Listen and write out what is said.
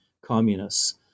communists